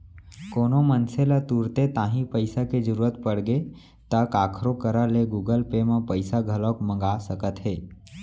कोनो मनसे ल तुरते तांही पइसा के जरूरत परगे ता काखरो करा ले गुगल पे म पइसा घलौक मंगा सकत हे